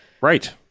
Right